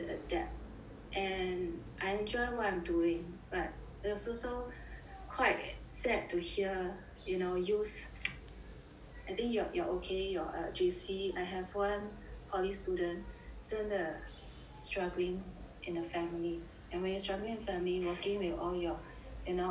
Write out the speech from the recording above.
and I enjoy what I'm doing but it was also quite sad to hear you know youths I think you are you are okay you're J_C I have one poly student 真的 struggling in a family and when you're struggling family working with all you know all your err